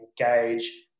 engage